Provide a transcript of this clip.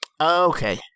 Okay